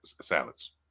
salads